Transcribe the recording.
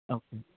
okay